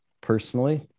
personally